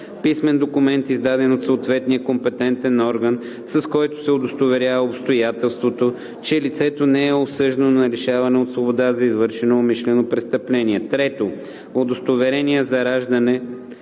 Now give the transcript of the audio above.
Писмен документ, издаден от съответния компетентен орган, с който се удостоверява обстоятелството, че лицето не е осъждано на лишаване от свобода за извършено умишлено престъпление; 3. Удостоверение за раждане